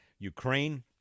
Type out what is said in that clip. Ukraine